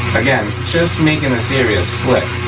again, just making this area slick,